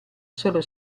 solo